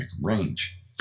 range